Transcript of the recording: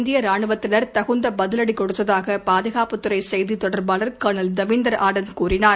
இந்தியரானுவத்தினா் தகுந்தபதிலடிகொடுத்ததாகபாதுகாப்புத்துறைசெய்தித் தொடா்பாளா் கர்னல் தேவிந்தர் ஆனந்த் கூறினார்